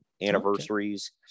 anniversaries